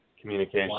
communication